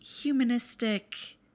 humanistic